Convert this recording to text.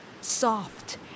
soft